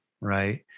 right